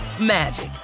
magic